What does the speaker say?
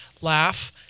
laugh